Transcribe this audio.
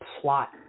plot